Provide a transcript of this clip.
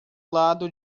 lado